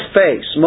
face